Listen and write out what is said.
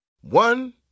One